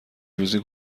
روزی